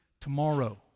tomorrow